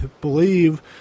believe